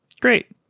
Great